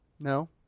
No